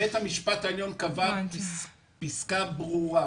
בית המשפט העליון קבע פסקה ברורה.